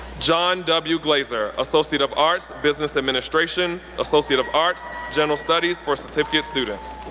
john w. glazer, associate of arts, business administration, associate of arts, general studies for certificate students.